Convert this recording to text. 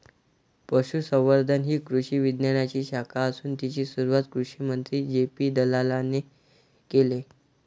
पशुसंवर्धन ही कृषी विज्ञानाची शाखा असून तिची सुरुवात कृषिमंत्री जे.पी दलालाने केले